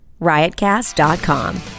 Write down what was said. Riotcast.com